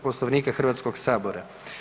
Poslovnika Hrvatskog sabora.